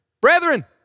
brethren